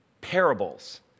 Parables